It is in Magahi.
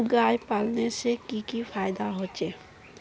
गाय पालने से की की फायदा होचे?